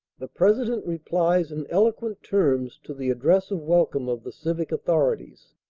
the president replies in eloquent terms to the address of welcome of the civic authorities.